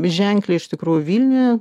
ženkliai iš tikrųjų vilniuje